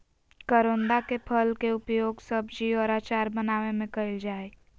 करोंदा के फल के उपयोग सब्जी और अचार बनावय में कइल जा हइ